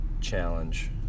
challenge